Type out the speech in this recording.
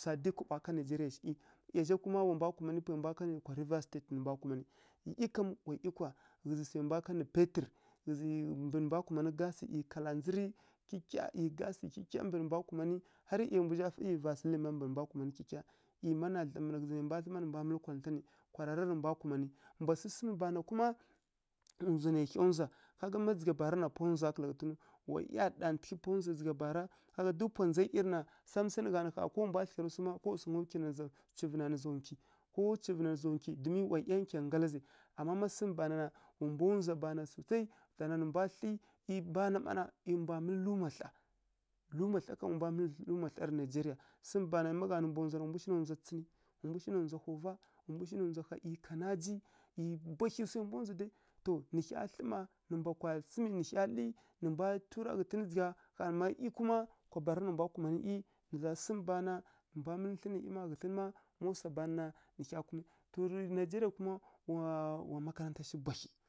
swa dyi kaɓowa ká nigeria sǝghǝ. ˈIya zha kuma wa mbwa kumanǝ pwai mbwa kǝ́lǝ́rǝ́ kwa rivers state nǝ mbwa kǝ́lǝ́. ˈIyi kam wa ˈiyi kwa, ghǝzǝ swai mbwa kanǝ paitǝr. Ghǝzǝ, mbǝ nǝ mbwa kumanǝ gasǝ ˈyi kaladzǝri, kyikya ˈyi gasǝ kyikya mbǝ mbwa kumanǝ, har ˈiya mbu zha fǝi má vasǝlin má mbǝ mbwa kumanǝ kyikya, ˈiyi mana dla mbǝ na, mbǝn mbwa kumanǝ nǝ mbwa mǝlǝ kuntu nǝ. Kwara ra nǝ mbwa kumanǝ, mbwa sǝsǝmǝ bana kuma, ndzwa nai hya ndzwa, ká ga má ndza dzǝgha bara na, pwa ndzwa kǝla ghǝtǝw. Wˈiya ɗantǝghǝ pwa ndzwa dzǝgha bara, ka ga duk pwa ndza ˈiyi rǝ na, sam sai nǝ gha nǝna, ko wa mbwa thlǝgharǝ swu má, ko wa swanga cuvǝ na, nǝ za gywi, ko wa cuvǝ na, nǝ za nggywi. Domin wa ˈiya nkyangǝ nggala zǝ. Ama má sǝsǝmǝ bana na, wa mbwa ndzwa bana susai. Tana nǝ mbwa thli, ˈiyi bana mma na, ˈiyi mbwa mǝlǝ luma thla. Luma thla, luma kam wa mbwa mǝlǝ luma thla rǝ nigeria, sǝmǝ bana má gha nǝ mbwa ndzwa na, wa mbu shi na ndzwa tsǝn, wa mbu shi na ndzwa hovva, wa mbu shi na ndzwa ha ˈyi kanaji, bwahyi swai mbwa ndzwa dai. To, nǝ hya thli mma, nǝ mbw kwa tsǝmǝvǝ nǝ hya dlǝrǝ, nǝ mbwa tura ghǝtǝn dzǝgha, ƙha má ˈiyi, kwa bara nǝ mbwa kumanǝ ˈiyi, nǝ za sǝmǝ bana nǝ mbwa mǝlǝ thlǝn nǝ ˈiyi ra ghǝtǝn má swa bana nǝ hya kumanǝ. Tǝ nigeria kuma, wa wa makaranta shi bwahyi.